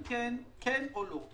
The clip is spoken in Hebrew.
כן או לא?